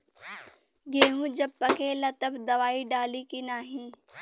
गेहूँ जब पकेला तब दवाई डाली की नाही?